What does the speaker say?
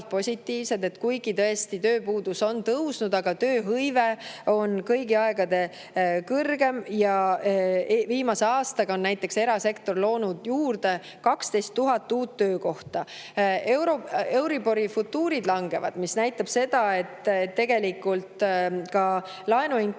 positiivsed, kuigi, tõesti, tööpuudus on tõusnud. Aga tööhõive on kõigi aegade kõrgeim ja viimase aastaga on erasektor loonud 12 000 uut töökohta. Euribori futuurid langevad, mis näitab, et tegelikult ka laenuintressid